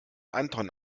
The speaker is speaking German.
anton